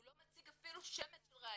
הוא לא מציג אפילו שמץ של ראיה.